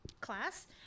class